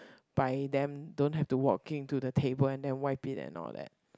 by them don't have to walking to the table and then wipe it and all that